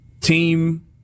team